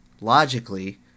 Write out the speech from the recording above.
logically